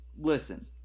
listen